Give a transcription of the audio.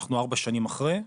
אנחנו ארבע שנים אחרי,